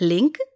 Link